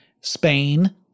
Spain